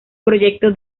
proyecto